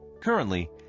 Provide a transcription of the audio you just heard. currently